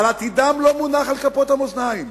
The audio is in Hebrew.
אבל עתידם לא מונח על כפות המאזניים.